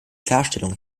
klarstellung